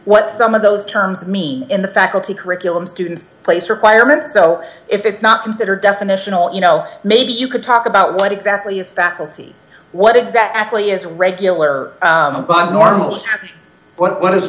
what some of those terms mean in the faculty curriculum students place requirements so if it's not considered definitional you know maybe you could talk about what exactly is faculty what exactly is regular but normal what